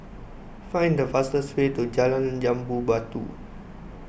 find the fastest way to Jalan Jambu Batu